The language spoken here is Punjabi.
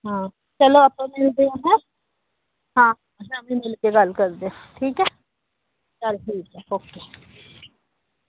ਹਾਂ ਚਲੋ ਆਪਾਂ ਮਿਲਦੇ ਹਾਂ ਹੈਂ ਹਾਂ ਸ਼ਾਮੀ ਮਿਲ ਕੇ ਗੱਲ ਕਰਦੇ ਹਾਂ ਠੀਕ ਹੈ ਚੱਲ ਠੀਕ ਹੈ ਓਕੇ